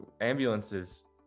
ambulances